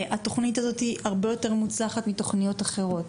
התוכנית הזאת הרבה יותר מוצלחת מתוכניות אחרות.